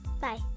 bye